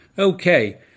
Okay